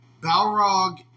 Balrog